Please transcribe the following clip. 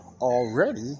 already